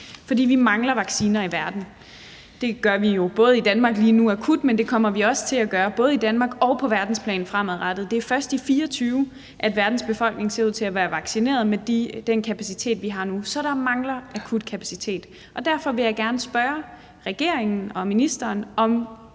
For vi mangler vacciner i verden; det gør vi jo både i Danmark lige nu akut, men det kommer vi også til at gøre både i Danmark og på verdensplan fremadrettet. Det er først i 2024, at verdens befolkning ser ud til at være vaccineret, med den kapacitet, som vi har nu. Så der mangler akut kapacitet, og derfor vil jeg gerne spørge regeringen og ministeren, om